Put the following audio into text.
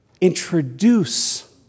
introduce